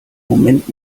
moment